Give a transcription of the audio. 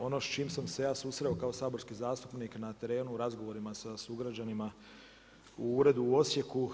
Ono s čim sam se ja susreo kao saborski zastupnik na terenu u razgovorima sa sugrađanima u uredu u Osijeku